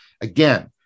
Again